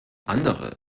andere